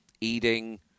eating